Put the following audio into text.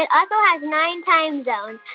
it also has nine time zones.